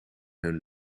hun